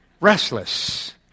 Restless